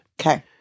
Okay